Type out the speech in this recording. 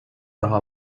daha